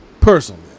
personally